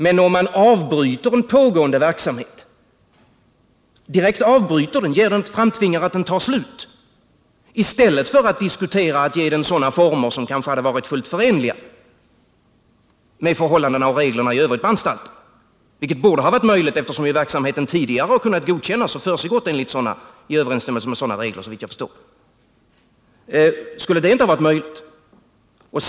Men man avbryter en pågående verksamhet, ser till att den tar slut, i stället för att diskutera att ge den former som kanske hade varit fullt förenliga med förhållandena och reglerna i övrigt på anstalten. Det borde ha varit möjligt att diskutera detta, eftersom verksamheten tidigare kunnat godkännas och, såvitt jag förstår, kunnat försiggå i överensstämmelse med sådana regler. Skulle det inte ha varit möjligt?